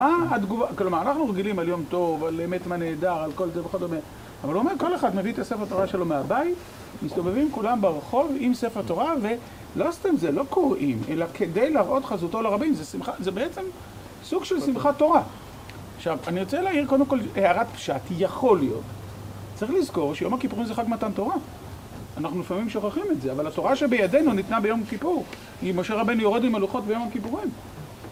אה.. התגובה, כלומר אנחנו רגילים על יום טוב, על אמת מה נהדר, על כל זה וכדו' אבל הוא אומר כל אחד מביא את הספר התורה שלו מהבית מסתובבים כולם ברחוב עם ספר תורה ולא סתם זה, לא קוראים אלא כדי להראות חזותו לרבים זה בעצם סוג של שמחת תורה עכשיו אני רוצה להעיר קודם כל הערת פשט, יכול להיות, צריך לזכור שיום הכיפורים זה חג מתן תורה אנחנו לפעמים שוכחים את זה אבל התורה שבידינו ניתנה ביום כיפור היא משה רבינו יורד עם הלוחות ביום הכיפורים